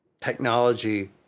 technology